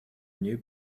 new